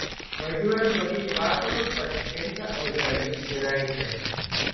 važiuojant tolyn į vakarus pasitinka eukaliptų giraitė